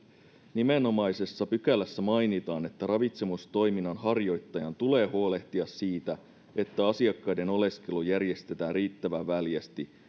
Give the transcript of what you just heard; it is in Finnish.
nimenomaisessa pykälässä mainitaan että ravitsemustoiminnan harjoittajan tulee huolehtia siitä että asiakkaiden oleskelu järjestetään riittävän väljästi